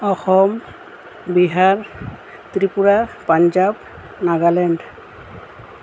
Assam Bihar Tripura Punjab Nagaland